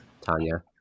Tanya